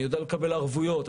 אני יודע לקבל ערבויות,